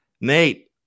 Nate